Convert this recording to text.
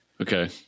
Okay